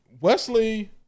Wesley